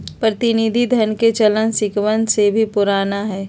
प्रतिनिधि धन के चलन सिक्कवन से भी पुराना हई